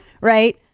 right